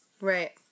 Right